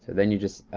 then you just,